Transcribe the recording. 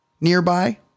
nearby